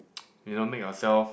you know make yourself